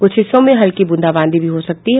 कुछ हिस्सों में हल्की ब्रंदाबादी भी हो सकती है